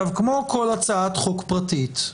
כמו כל הצעת חוק פרטית,